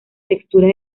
texturas